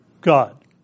God